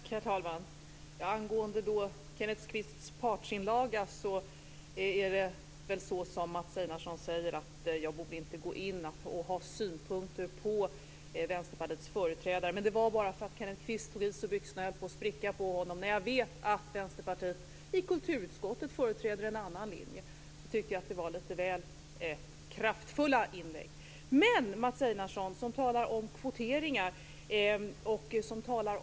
Herr talman! Angående Kenneth Kvists partsinlaga är det väl så som Mats Einarsson säger att jag inte borde ha synpunkter på Vänsterpartiets företrädare. Det var bara därför att Kenneth Kvist såg ut som om byxorna höll på att spricka på honom. Jag vet att Vänsterpartiet i kulturutskottet företräder en annan linje. Jag tycker att det var lite väl kraftfulla inlägg. Mats Einarsson talar om kvoteringar och Amerika.